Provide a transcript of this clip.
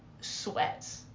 sweats